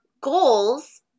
goals